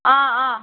হয় হয়